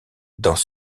dans